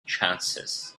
chances